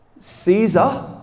Caesar